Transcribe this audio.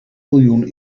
miljoen